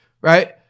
right